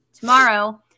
tomorrow